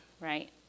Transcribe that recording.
right